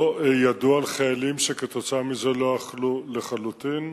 לא ידוע על חיילים שכתוצאה מזה לא אכלו לחלוטין.